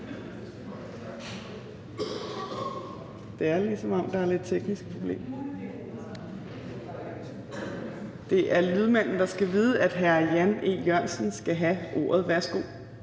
Der er nemlig heller ikke lyd på mikrofonen ... Det er lydmanden, der skal vide, at hr. Jan E. Jørgensen skal have ordet. Værsgo.